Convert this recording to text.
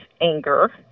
anger